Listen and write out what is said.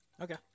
Okay